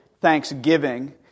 thanksgiving